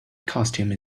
costume